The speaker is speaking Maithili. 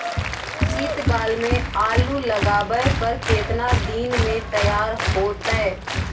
शीत काल में आलू लगाबय पर केतना दीन में तैयार होतै?